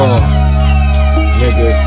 Nigga